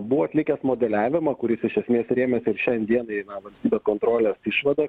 buvo atlikęs modeliavimą kuris iš esmės rėmėsi ir šian dienai na valstybės kontrolės išvada